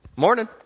Morning